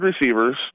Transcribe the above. receivers